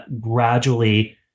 gradually